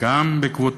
גם בעקבות